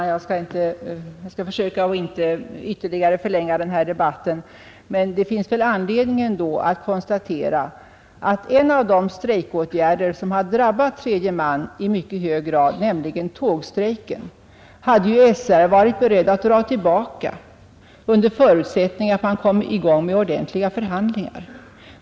Herr talman! Jag skall försöka att inte ytterligare förlänga denna debatt. Men det finns väl anledning ändå att konstatera att en av de strejkåtgärder som drabbat tredje man i mycket hög grad, nämligen tågstrejken, hade SR varit berett att dra tillbaka under förutsättning att man kom i gång med ordentliga förhandlingar.